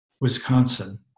Wisconsin